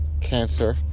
cancer